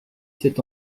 cette